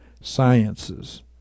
sciences